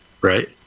right